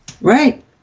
right